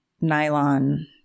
nylon